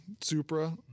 Supra